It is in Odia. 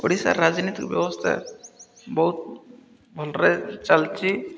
ଓଡ଼ିଶା ରାଜନୀତି ବ୍ୟବସ୍ଥା ବହୁତ ଭଲରେ ଚାଲିଛି